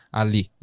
ali